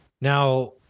Now